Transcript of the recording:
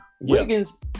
Wiggins